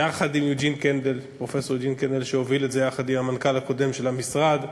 יחד עם פרופסור יוג'ין קנדל שהוביל את זה יחד עם המנכ"ל הקודם של המשרד,